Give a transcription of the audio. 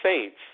Saints